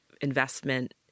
investment